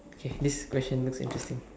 okay this question looks interesting